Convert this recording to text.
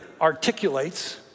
articulates